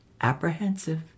apprehensive